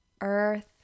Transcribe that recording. earth